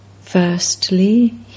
Firstly